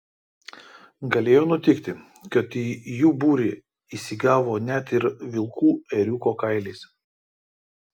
galėjo nutikti kad į jų būrį įsigavo net ir vilkų ėriuko kailiais